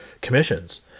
commissions